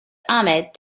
ahmed